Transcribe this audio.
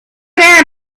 down